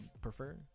prefer